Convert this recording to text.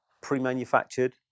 pre-manufactured